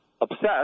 obsessed